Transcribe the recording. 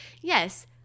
Yes